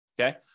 okay